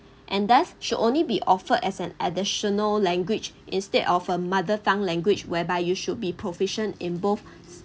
and thus should only be offered as an additional language instead of a mother tongue language whereby you should be proficient in both